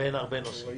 ואין הרבה נושאים.